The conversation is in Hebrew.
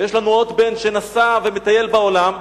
ויש לנו עוד בן שנסע ומטייל בעולם,